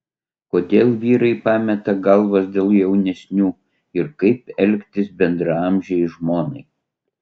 kodėl vyrai pameta galvas dėl jaunesnių ir kaip elgtis bendraamžei žmonai